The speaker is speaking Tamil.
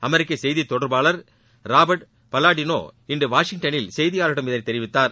அமெரிக்க செய்தித் தொடர்பாளர் ராபாட் பல்லாடினோ இன்று வாஷிங்டனில் செய்தியாளர்களிடம் இதனை தெரிவித்தார்